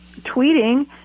tweeting